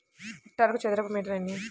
హెక్టారుకు చదరపు మీటర్లు ఎన్ని?